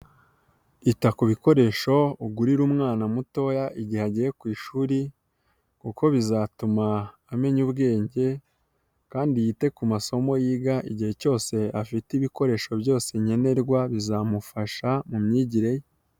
Ita ku bikoresho ugurira umwana mutoya igihe agiye ku ishuri kuko bizatuma amenya ubwenge kandi yite ku masomo yiga igihe cyose afite ibikoresho byose nkenerwa bizamufasha mu myigire.